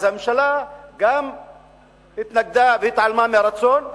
אז הממשלה גם התנגדה והתעלמה מהרצון,